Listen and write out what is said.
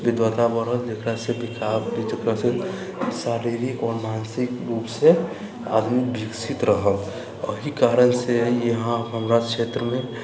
विद्वता बढ़त जेकरासँ कि शारीरिक आओर मानसिक रुपसँ आदमी विकसित रहत एहि कारणसँ यहाँ हमरा क्षेत्रमे